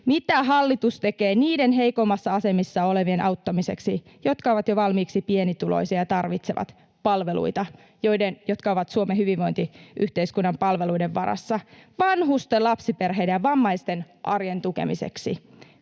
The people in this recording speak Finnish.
Mitä hallitus tekee niiden heikoimmassa asemassa olevien auttamiseksi, jotka ovat jo valmiiksi pienituloisia ja tarvitsevat palveluita ja jotka ovat Suomen hyvinvointiyhteiskunnan palveluiden varassa — vanhusten, lapsiperheiden ja vammaisten arjen tukemiseksi?